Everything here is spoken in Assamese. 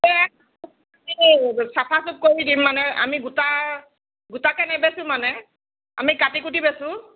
চাফা চোক কৰি দিম মানে আমি গোটা গোটাকৈ নেবেচো মানে আমি কাটি কুটি বেছোঁ